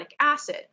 acid